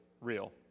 real